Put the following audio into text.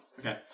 Okay